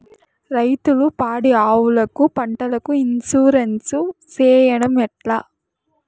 రైతులు పాడి ఆవులకు, పంటలకు, ఇన్సూరెన్సు సేయడం ఎట్లా?